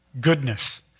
Goodness